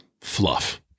fluff